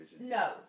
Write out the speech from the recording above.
No